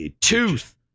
tooth